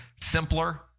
simpler